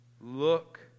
look